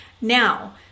Now